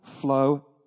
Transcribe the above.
flow